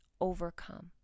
overcome